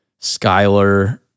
Skyler